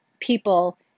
people